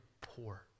poor